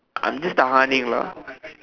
I'm just tahan ing lah